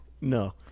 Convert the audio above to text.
No